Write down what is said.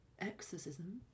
exorcism